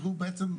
שהוא בעצם,